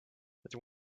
that